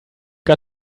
got